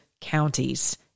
counties